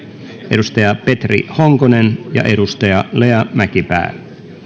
edustaja petri honkonen ja edustaja lea mäkipää